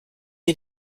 ihr